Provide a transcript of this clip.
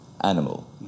animal